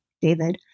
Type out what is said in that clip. David